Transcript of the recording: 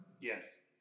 Yes